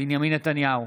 בנימין נתניהו,